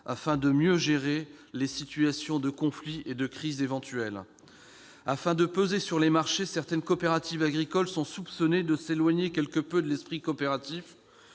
afin de mieux gérer les situations de conflit ou les crises éventuelles. Certaines coopératives agricoles sont soupçonnées de s'éloigner quelque peu de l'esprit coopératif,